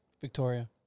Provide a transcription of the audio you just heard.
Victoria